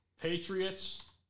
Patriots